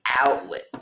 outlet